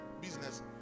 business